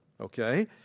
Okay